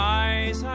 eyes